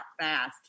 fast